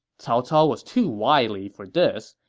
cao cao was too wily for this.